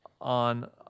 on